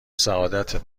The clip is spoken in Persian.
سعادتت